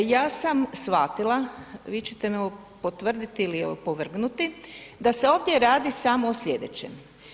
Ja sam shvatila, vi ćete mi potvrditi ili opovrgnuti da se ovdje radi samo o slijedećem.